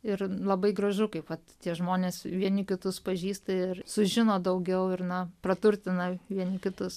ir labai gražu kaip vat tie žmonės vieni kitus pažįsta ir sužino daugiau ir na praturtina vieni kitus